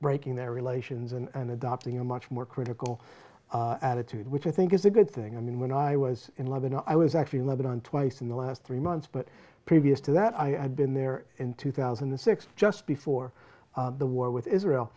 breaking their relations and adopting a much more critical attitude which i think is a good thing i mean when i was in lebanon i was actually in lebanon twice in the last three months but previous to that i had been there in two thousand and six just before the war with israel